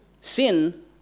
Sin